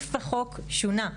סעיף החוק שונה.